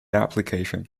application